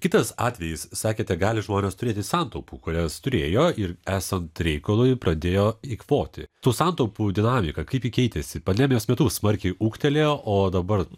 kitas atvejis sakėte gali žmonės turėti santaupų kurias turėjo ir esant reikalui pradėjo eikvoti tų santaupų dinamika kaip ji keitėsi pandemijos metu smarkiai ūgtelėjo o dabar